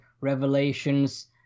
Revelations